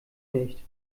nicht